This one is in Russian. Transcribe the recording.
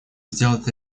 сделать